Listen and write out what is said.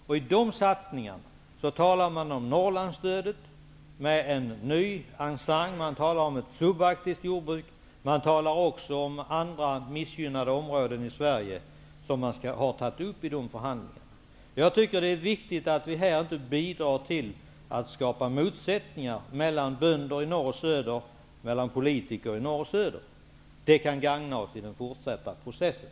I de satsningarna talar man om Norrlandsstödet med en ny accent, man talar om ett subarktiskt jordbruk, och man talar också om andra missgynnade områden i Sverige, som man har tagit upp i dessa förhandlingar. Jag tycker det är viktigt att vi här inte bidrar till att skapa motsättningar mellan bönder i norr och söder resp. politiker i norr och söder. Sådant skulle inte gagna oss i den fortsatta processen.